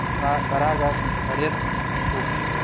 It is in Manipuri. ꯇꯔꯥꯒ ꯇꯔꯦꯠ ꯁꯨꯈꯤ